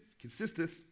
consisteth